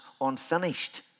unfinished